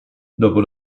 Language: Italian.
dopo